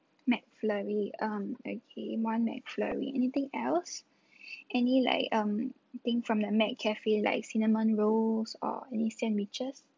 mc flurry um okay one mc flurry anything else any like um thing from the mc cafe like cinnamon rolls or any sandwiches